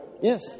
Yes